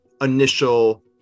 initial